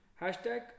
hashtag